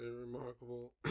remarkable